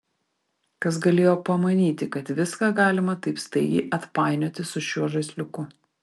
kas galėjo pamanyti kad viską galima taip staigiai atpainioti su šiuo žaisliuku